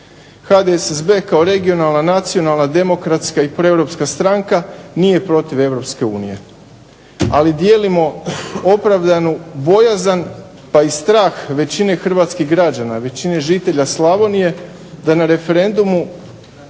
HDSSB kao regionalna, nacionalna, demokratska i proeuropska stranka nije protiv Europske unije ali dijelimo opravdanu bojazan pa i strah većine Hrvatskih građana, većine žitelja Slavonije da na referendumu